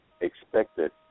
expected